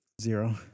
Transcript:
zero